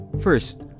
First